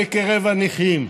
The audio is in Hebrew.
גם בקרב הנכים,